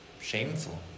Shameful